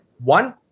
One